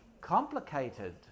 complicated